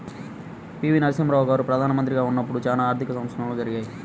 పి.వి.నరసింహారావు గారు ప్రదానమంత్రిగా ఉన్నపుడు చానా ఆర్థిక సంస్కరణలు జరిగాయి